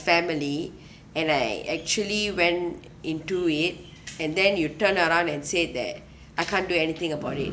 family and I actually went into it and then you turned around and said that I can't do anything about it